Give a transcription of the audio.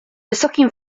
wysokim